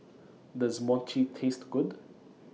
Does Mochi Taste Good